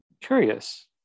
Curious